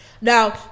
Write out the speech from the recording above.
Now